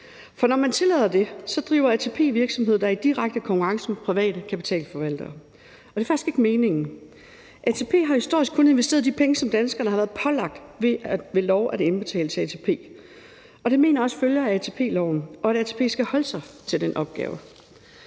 for når man tillader det, driver ATP virksomhed, der er i direkte konkurrence med private kapitalforvaltere – og det er faktisk ikke meningen. ATP har historisk set kun investeret de penge, som danskerne ved lov har været pålagt at indbetale til ATP, og jeg mener også, at det følger af ATP-loven, og at ATP skal holde sig til den opgave.